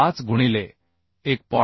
6375 गुणिले 1